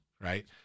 right